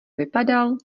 vypadal